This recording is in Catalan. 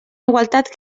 igualtat